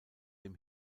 dem